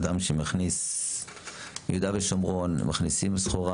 אדם שמכניס ביהודה ושומרון מכניסים סחורה.